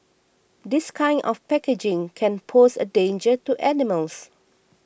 this kind of packaging can pose a danger to animals